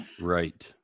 right